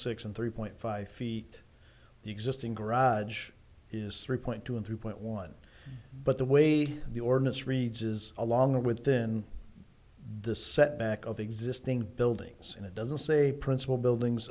six and three point five feet the existing garage is three point two and three point one but the way the ordinance reads is along with then this set back of existing buildings and it doesn't say principal buildings